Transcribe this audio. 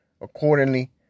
accordingly